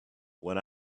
when